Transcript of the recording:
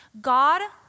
God